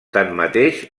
tanmateix